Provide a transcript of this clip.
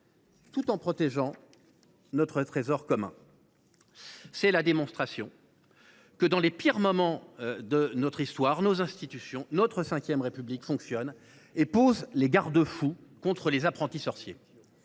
tout en protégeant notre trésor commun. C’est la démonstration que, dans les pires moments de notre histoire, les institutions de la V République fonctionnent et opposent des garde fous aux apprentis sorciers.